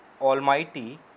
Almighty